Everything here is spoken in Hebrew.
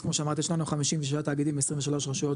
אז כמו שאמרתי יש לנו 56 תאגידים ו-23 רשויות